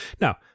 Now